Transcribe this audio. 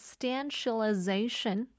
substantialization